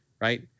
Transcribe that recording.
Right